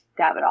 Davidoff